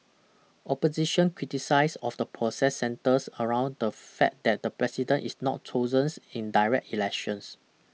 opposition criticise of the process centres around the fact that the president is not chosen in direct elections